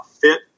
fit